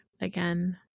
again